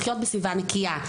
לחיות בסביבה נקייה.